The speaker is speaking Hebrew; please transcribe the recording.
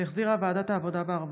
שהחזירה ועדת העבודה והרווחה.